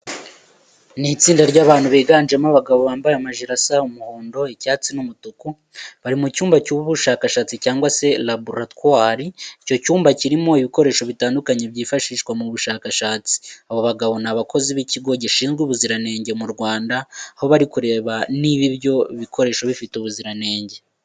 Ni itsinda ry'abantu biganjemo abagabo bambaye amajire asa umuhondo, icyatsi n'umutuku, bari mu cyumba cy'ubushakashatsi cyangwa se laboratwari. Icyo cyumba kirimo ibikoresho bitandukanye byifashishwa mu bushakashatsi. Abo bagabo ni abakozi b'Ikigo gishinzwe ubuziranenge mu Rwanda, aho bari kureba niba ibyo bikoresho bifite ubuziranenge.